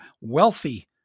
wealthy